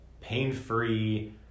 pain-free